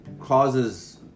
causes